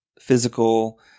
physical